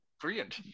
Brilliant